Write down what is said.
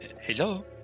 hello